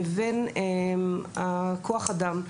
לבין כוח האדם.